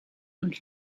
und